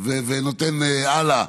ונותן הלאה